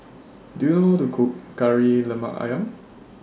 Do YOU know How to Cook Kari Lemak Ayam